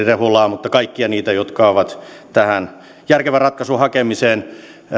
rehulaa että kaikkia niitä jotka ovat tähän järkevän ratkaisun hakemiseen